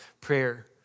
prayer